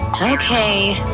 okay.